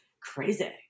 crazy